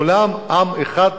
כולם עם אחד,